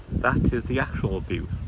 that is the actual view